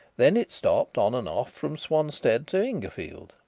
then it stopped on and off from swanstead to ingerfield,